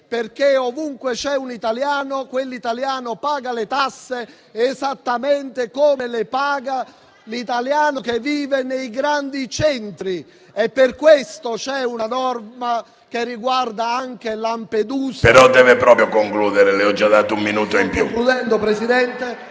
perché ovunque c'è un italiano, quell'italiano paga le tasse esattamente come le paga l'italiano che vive nei grandi centri. Per questo c'è una norma che riguarda anche Lampedusa... PRESIDENTE. Però, deve proprio concludere, le ho già dato un minuto in più. IANNONE *(FdI)*.